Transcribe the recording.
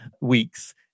weeks